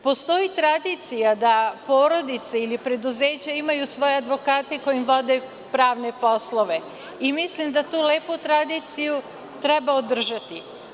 Postoji tradicija da porodica ili preduzeće imaju svoje advokate koji vode pravne poslove i mislim da tu lepu tradiciju treba održati.